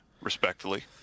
respectfully